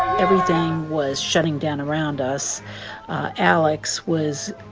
everything was shutting down around us alex was